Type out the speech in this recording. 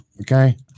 okay